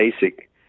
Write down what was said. basic